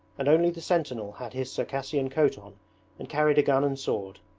and only the sentinel had his circassian coat on and carried a gun and sword.